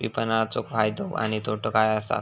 विपणाचो फायदो व तोटो काय आसत?